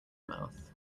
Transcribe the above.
mouth